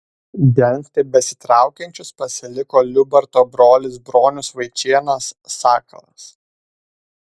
dengti besitraukiančius pasiliko liubarto brolis bronius vaičėnas sakalas